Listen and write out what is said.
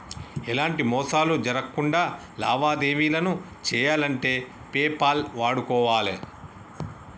ఎలాంటి మోసాలు జరక్కుండా లావాదేవీలను చెయ్యాలంటే పేపాల్ వాడుకోవాలే